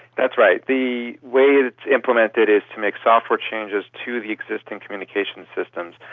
that's right. the way it's implemented is to make software changes to the existing communication systems.